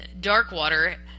Darkwater